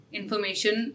information